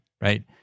right